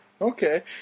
Okay